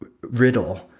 riddle